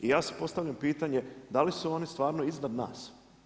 Ja si postavljam pitanje da li su oni stvarno iznad nas?